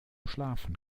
schlafen